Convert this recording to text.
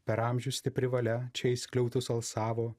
per amžius stipri valia čia į skliautus alsavo